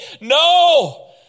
no